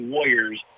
Warriors